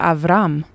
Avram